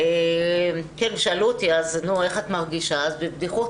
שאלו אותי 'איך את מרגישה' ובבדיחות